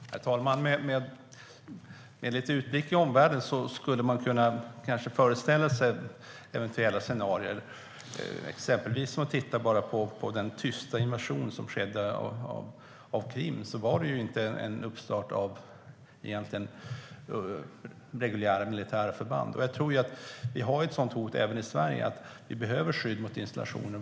Herr talman! Med en utblick i omvärlden skulle man kanske kunna föreställa sig eventuella scenarier. Tittar vi exempelvis på den tysta invasionen av Krim ser vi att det inte var någon egentlig uppstart av reguljära militära förband. Jag tror att vi har ett sådant hot även i Sverige, och därför behöver vi skydd av installationer.